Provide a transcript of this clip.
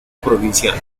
provincial